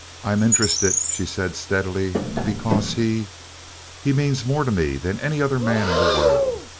i'm interested, she said steadily, because he he means more to me than any other man in the world.